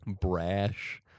brash